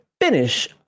finish